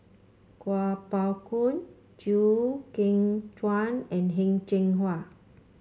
Kuo Pao Kun Chew Kheng Chuan and Heng Cheng Hwa